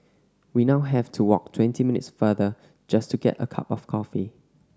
we now have to walk twenty minutes farther just to get a cup of coffee